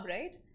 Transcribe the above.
right